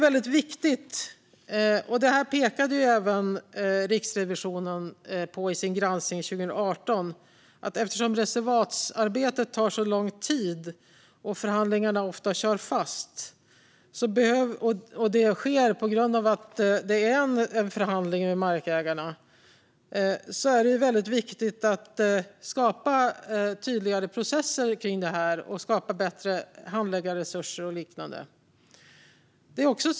Riksrevisionen pekade redan 2018 i sin granskning på att reservatsarbetet tar lång tid och att förhandlingarna ofta kör fast. Detta sker på grund av att det är en förhandling med markägarna. Därför är det väldigt viktigt att skapa tydligare processer kring detta och att skapa bättre handläggarresurser och liknande.